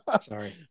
Sorry